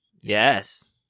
Yes